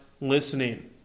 listening